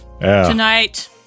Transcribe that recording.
tonight